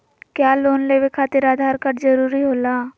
क्या लोन लेवे खातिर आधार कार्ड जरूरी होला?